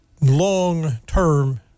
long-term